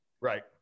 right